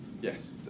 yes